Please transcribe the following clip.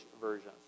version